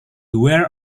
were